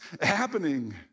happening